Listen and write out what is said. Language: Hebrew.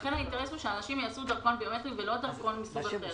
לכן האינטרס הוא שאנשים יעשו דרכון ביומטרי ולא דרכון מסוג אחר.